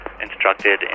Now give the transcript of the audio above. instructed